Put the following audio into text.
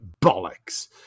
bollocks